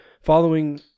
following